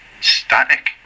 static